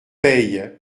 paye